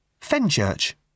Fenchurch